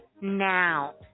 now